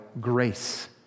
grace